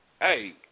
hey